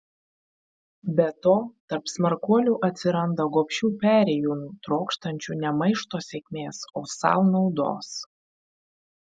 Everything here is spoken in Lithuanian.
be to tarp smarkuolių atsiranda gobšių perėjūnų trokštančių ne maišto sėkmės o sau naudos